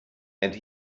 and